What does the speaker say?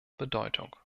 bedeutung